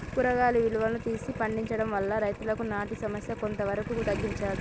కూరగాయలు కాలువలు తీసి పండించడం వల్ల రైతులకు నీటి సమస్య కొంత వరకు తగ్గించచ్చా?